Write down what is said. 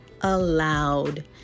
allowed